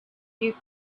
you